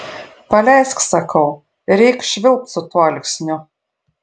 paleisk sakau ir eik švilpt su tuo alksniu